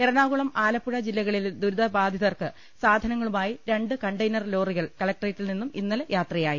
എറണാകുളം ആലപ്പുഴ ജില്ലകളിലെ ദുരിതബാധിതർക്ക് സാധനങ്ങളുമായി രണ്ട് കണ്ടെയ്നർ ലോറികൾ കലക്ട്രേറ്റിൽ നിന്നും ഇന്നലെ യാത്രയായി